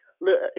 Look